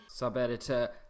Sub-editor